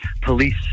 police